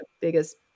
biggest